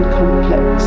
complex